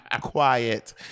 quiet